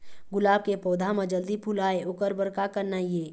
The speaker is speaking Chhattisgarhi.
गुलाब के पौधा म जल्दी फूल आय ओकर बर का करना ये?